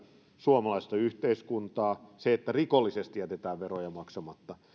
suomalaista yhteiskuntaa se että rikollisesti jätetään veroja maksamatta